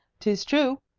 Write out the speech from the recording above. tis true,